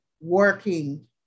working